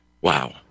wow